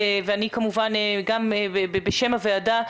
אני כמובן בשם הוועדה,